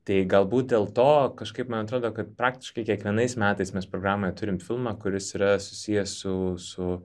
tai galbūt dėl to kažkaip man atrodo kad praktiškai kiekvienais metais mes programoje turim filmą kuris yra susijęs su su